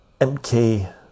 MK